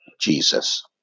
Jesus